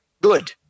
good